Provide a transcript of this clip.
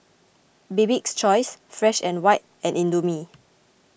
Bibik's Choice Fresh and White and Indomie